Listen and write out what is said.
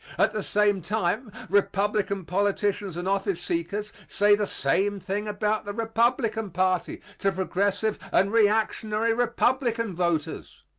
at the same time, republican politicians and office seekers say the same thing about the republican party to progressive and reactionary republican voters.